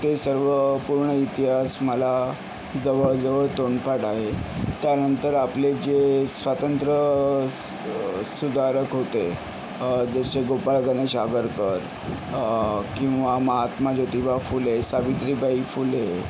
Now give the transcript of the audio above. ते सर्व पूर्ण इतिहास मला जवळ जवळ तोंडपाठ आहे त्यानंतर आपले जे स्वातंत्र्य स सुधारक होते जसे गोपाळ गणेश आगरकर किंवा महात्मा ज्योतिबा फुले सावित्रीबाई फुले